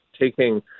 taking